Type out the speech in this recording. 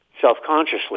self-consciously